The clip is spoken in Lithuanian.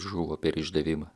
žuvo per išdavimą